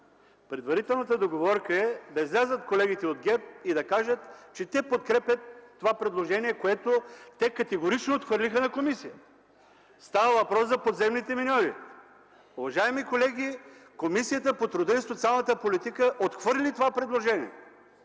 Предварителната договорка е да излязат колегите от ГЕРБ и да кажат, че те подкрепят това предложение, което категорично отхвърлиха на комисията. Става въпрос за подземните миньори. Уважаеми колеги, Комисията по труда и социалната политика отхвърли това предложение,